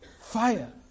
Fire